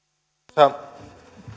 arvoisa